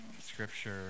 Scripture